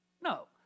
No